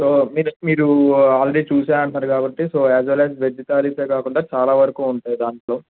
so మీ మీరు already చూసాను అంటున్నారు కాబట్టి as well as veg thalis కాకుండా చాలా వరకు ఉంటాయి దాంట్లో